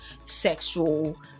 sexual